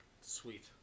Sweet